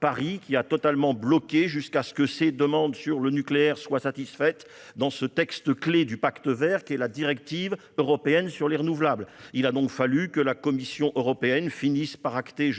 Paris a totalement bloqué les choses jusqu'à ce que ses demandes sur le nucléaire soient satisfaites dans ce texte clé du Pacte vert qu'est la proposition de directive relative aux énergies renouvelables. Il a donc fallu que la Commission européenne finisse par acter